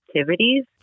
activities